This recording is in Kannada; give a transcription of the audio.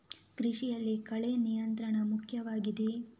ಕೃಷಿಯಲ್ಲಿ ಕಳೆ ನಿಯಂತ್ರಣ ಮುಖ್ಯವಾಗಿದೆ